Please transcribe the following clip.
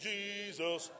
Jesus